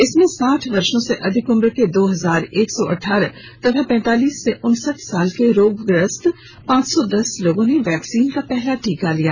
इसमें साठ वर्षों से अधिक उम्र के दो हजार एक सौ अठारह तथा पैंतालीस से उनसठ साल के रोगग्रस्त पांच सौ दस लोगों ने वैक्सीन का पहला टीका लिया